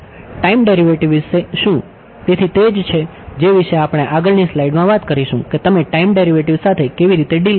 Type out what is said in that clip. time derivative વિશે શું તેથી તે જ છે જે વિશે આપણે આગળની સ્લાઇડમાં વાત કરીશું કે તમે ટાઇમ ડેરિવેટિવ સાથે કેવી રીતે ડીલ કરો છો